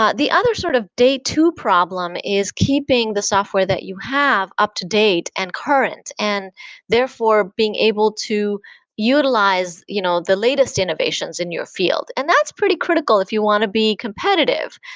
ah the other sort of day two problem is keeping the software that you have up-to-date and current and therefore being able to utilize you know the latest innovations in your field, and that's pretty critical if you want to be competitive.